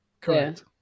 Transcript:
Correct